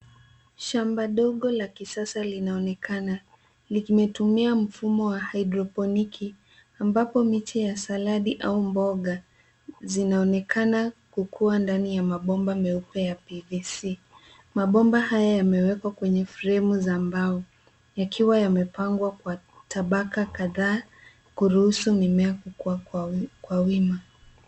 Shamba dogo la kisasa linaonekana, likitumia mfumo wa hydroponiki ambapo miche ya saladi au mboga nyingine inakuzwa. Mimea hiyo inaonekana ikikua ndani ya mabomba meupe ya PVC. Mabomba hayo yamewekwa kwenye fremu za mbao na yamepangwa kwa tabaka kadhaa, kuruhusu mimea kukua kwa mtindo wa wima